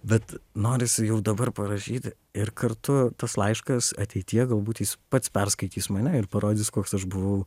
bet norisi jau dabar parašyti ir kartu tas laiškas ateityje galbūt jis pats perskaitys mane ir parodys koks aš buvau